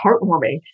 heartwarming